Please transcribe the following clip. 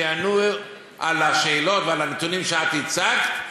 שיענו על השאלות ועל הנתונים שאת הצגת.